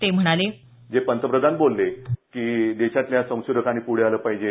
ते म्हणाले जे पंतप्रधान बोलले ते की देशातल्या संशोधकानी पूढे आलं पाहिजे